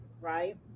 Right